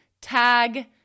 tag